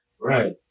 Right